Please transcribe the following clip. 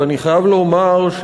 ואני חייב לומר,